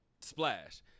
Splash